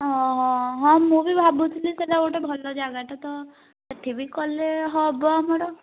ହଁ ହଁ ହଁ ମୁଁ ବି ଭାବୁଥିଲି ସେଇଟା ଗୋଟେ ଭଲ ଜାଗାଟେ ତ ସେଠି ବି କଲେ ହବ ଆମର